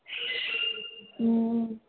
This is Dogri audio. हूं